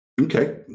Okay